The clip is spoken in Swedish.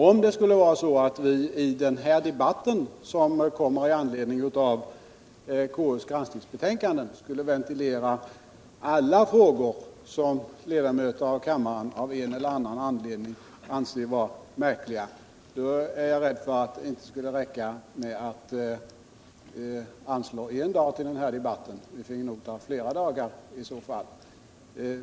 Om vi i den debatt som äger rum med anledning av KU:s granskningsbetänkande skulle ventilera alla frågor som ledamöter av kammaren av en eller annan anledning anser vara anmärkningsvärda, är jag dessutom rädd för att det inte skulle räcka med att anslå endast en dag utan att vi då finge avsätta flera dagar till denna debatt.